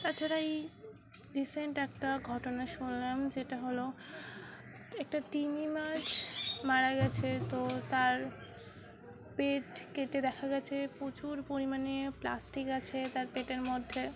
তাছাড়া এই রিসেন্ট একটা ঘটনা শুনলাম যেটা হলো একটা ত মাছ মারা গেছে তো তার পেট কেটে দেখা গেছে প্রচুর পরিমাণে প্লাস্টিক আছে তার পেটের মধ্যে